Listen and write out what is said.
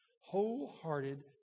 wholehearted